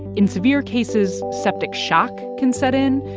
in severe cases, septic shock can set in,